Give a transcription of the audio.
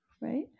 right